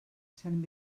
sent